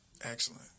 Excellent